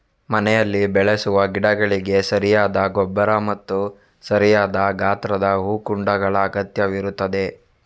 ಮನೆಯಲ್ಲಿ ಬೆಳೆಸುವ ಗಿಡಗಳಿಗೆ ಸರಿಯಾದ ಗೊಬ್ಬರ ಮತ್ತು ಸರಿಯಾದ ಗಾತ್ರದ ಹೂಕುಂಡಗಳ ಅಗತ್ಯವಿರುತ್ತದೆ